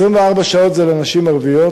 24 שעות לנשים ערביות,